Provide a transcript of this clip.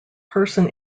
person